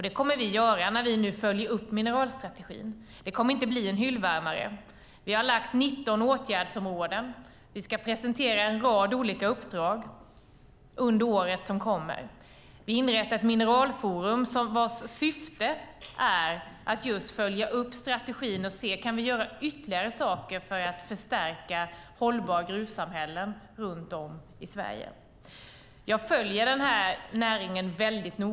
Det kommer vi att göra när vi nu följer upp mineralstrategin. Det kommer inte att bli en hyllvärmare. Vi har tagit fram 19 åtgärdsområden. Vi ska presentera en rad olika uppdrag under året som kommer. Vi inrättar ett mineralforum vars syfte är att följa upp strategin och se om vi kan göra ytterligare saker för att förstärka hållbara gruvsamhällen runt om i Sverige. Jag följer näringen väldigt noga.